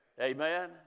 Amen